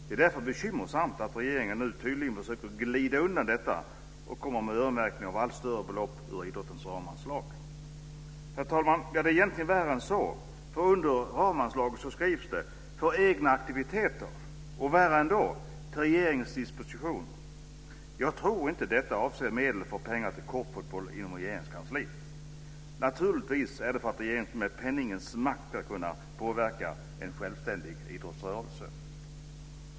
Det är därför bekymmersamt att regeringen nu tydligen försöker att glida undan detta och öronmärker allt större belopp ur idrottens ramanslag. Herr talman! Det är egentligen värre än så. Under ramanslaget står det "för egna aktiviteter", och värre ändå står det "till regeringens disposition". Jag tror inte att detta avser medel för pengar till korpfotboll inom Regeringskansliet. Naturligtvis är det för att regeringen med penningens makt ska kunna påverka en självständig idrottsrörelse.